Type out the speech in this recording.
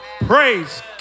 praise